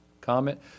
comment